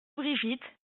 brigitte